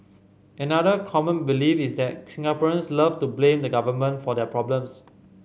another common belief is that Singaporeans love to blame the government for their problems